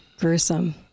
gruesome